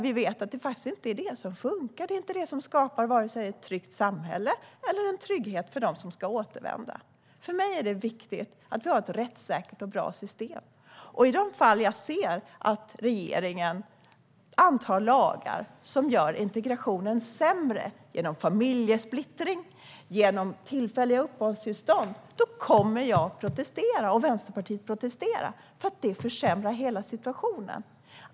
Vi vet ju att det inte funkar. Det skapar varken ett tryggt samhälle eller en trygghet för dem som ska återvända. För mig är det viktigt att vi har ett rättssäkert och bra system. I de fall jag ser att regeringen antar lagar som gör integrationen sämre, genom till exempel familjesplittring och tillfälliga uppehållstillstånd, kommer jag och Vänsterpartiet att protestera, för dessa lagar försämrar hela situationen.